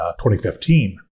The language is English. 2015